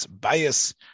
bias